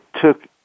took